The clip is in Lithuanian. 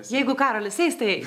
jeigu karolis eis tai eis